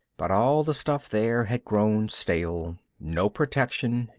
but all the stuff there had grown stale. no protection,